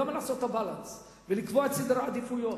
גם לעשות את הבאלאנס ולקבוע את סדרי העדיפויות.